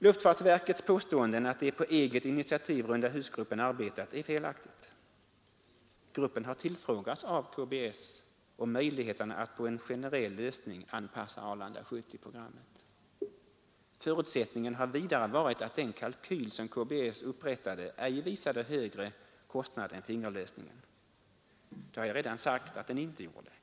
Luftfartsverkets påstående att det är på eget initiativ rundahusgruppen arbetat är felaktigt! Gruppen har tillfrågats av KBS om möjligheterna att på en generell lösning anpassa Arlanda 70-programmet. Förutsättningen har vidare varit att den kalkyl som KBS upprättade ej visade högre kostnad än fingerlösningen. Det har jag redan sagt att den inte gjorde.